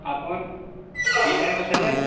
অকণ free time আছেনে